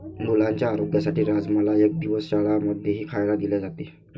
मुलांच्या आरोग्यासाठी राजमाला एक दिवस शाळां मध्येही खायला दिले जाते